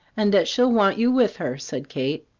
and that she'll want you with her, said kate.